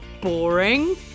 boring